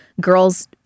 girls